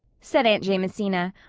said aunt jamesina,